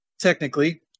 technically